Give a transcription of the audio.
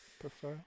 prefer